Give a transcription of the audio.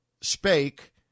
spake